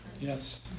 Yes